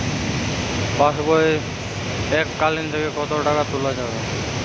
পাশবই এককালীন থেকে কত টাকা তোলা যাবে?